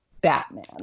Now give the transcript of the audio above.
Batman